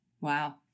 Wow